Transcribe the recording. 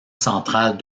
centrale